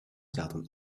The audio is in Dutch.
zaten